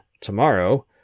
tomorrow